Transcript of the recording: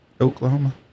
Oklahoma